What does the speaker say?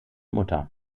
mutter